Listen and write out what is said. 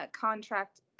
contract